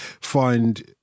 find